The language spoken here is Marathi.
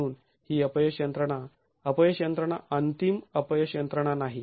म्हणून ही अपयश यंत्रणा अपयश यंत्रणा अंतिम अपयश यंत्रणा नाही